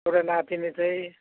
एउटा नातिनी चाहिँ